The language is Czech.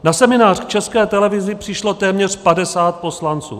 Na seminář k České televizi přišlo téměř 50 poslanců.